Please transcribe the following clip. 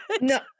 No